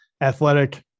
athletic